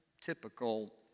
typical